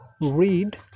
read